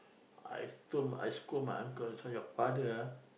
I sto~ I scold my uncle this one your father ah